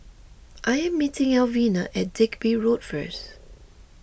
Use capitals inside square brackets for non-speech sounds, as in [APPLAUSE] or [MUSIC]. I am meeting Alvena at Digby Road first [NOISE]